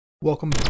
welcome